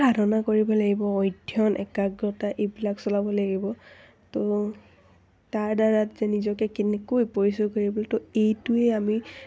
সাধনা কৰিব লাগিব অধ্যয়ন একাগ্ৰতা এইবিলাক চলাব লাগিব ত' তাৰ দ্বাৰা যে নিজকে কেনেকৈ পৰিচয় কৰিবলৈ ত' এইটোৱে আমি